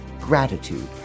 gratitude